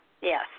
Yes